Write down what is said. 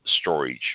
storage